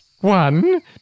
One